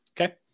Okay